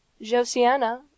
Josiana—